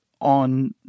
on